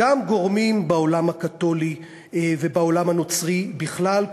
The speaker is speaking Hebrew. גם גורמים בעולם הקתולי ובעולם הנוצרי בכלל,